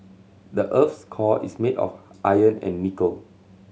the earth's core is made of iron and nickel